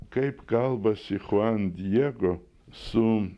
kaip kalbasi chuan diego su